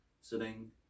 sitting